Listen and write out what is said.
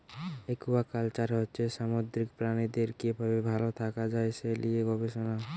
aquaculture হচ্ছে সামুদ্রিক প্রাণীদের কি ভাবে ভাল থাকা যায় সে লিয়ে গবেষণা